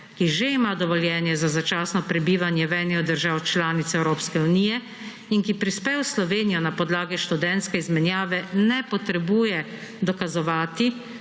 ki že ima dovoljenje za začasno prebivanje v eni od držav članic Evropske unije in ki prispe v Slovenijo na podlagi študentske izmenjave, ne potrebuje dokazovati,